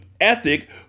ethic